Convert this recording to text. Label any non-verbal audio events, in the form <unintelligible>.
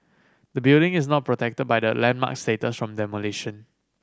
the building is not protected by the landmark status from the <unintelligible>